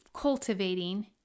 cultivating